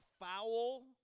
Foul